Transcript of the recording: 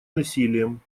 насилием